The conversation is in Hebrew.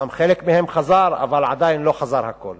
אומנם חלק הוחזר אבל עדיין לא הוחזר הכול,